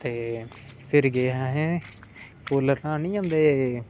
ते फिर गे हे अस फुल्ल रढ़ान नी जंदे